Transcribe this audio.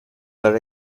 are